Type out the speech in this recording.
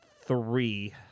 Three